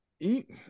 eat